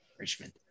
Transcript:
Richmond